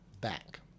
back